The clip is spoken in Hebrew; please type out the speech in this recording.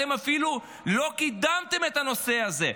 ואתם אפילו לא קידמתם את הנושא הזה.